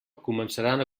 començaran